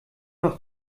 doch